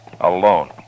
alone